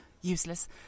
Useless